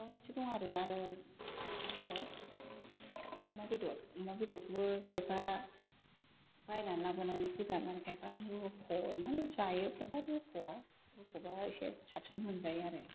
माबा मोनसे दं आरो आरो मा होनो अमा बेदर अमा बेदरखौबो खायफा बायना लाबोनानै गोदानानै खायफा रुख'नानै जायो खायफा रुख'वा रुख'बा एसे साबसिन मोनजायो आरो